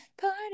party